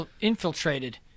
infiltrated